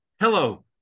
Hello